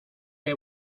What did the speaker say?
que